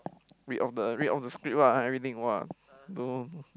read off the read off the script ah and everything !wah! don't know